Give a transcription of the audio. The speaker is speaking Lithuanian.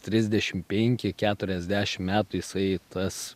trisdešim penki keturiasdešim metų jisai tas